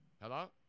Hello